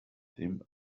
dem